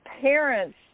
parents